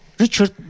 Richard